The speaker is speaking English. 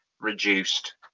reduced